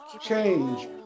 change